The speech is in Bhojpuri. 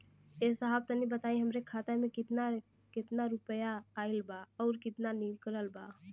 ए साहब तनि बताई हमरे खाता मे कितना केतना रुपया आईल बा अउर कितना निकलल बा?